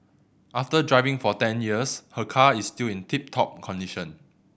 after driving for ten years her car is still in tip top condition